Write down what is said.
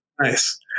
nice